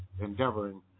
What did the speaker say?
endeavoring